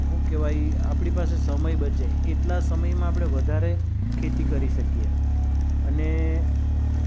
શું કહેવાય આપણી પાસે સમય બચે એટલા સમયમાં આપણે વધારે ખેતી કરી શકીએ અને